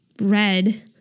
red